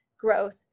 growth